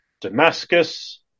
Damascus